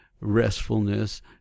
restfulness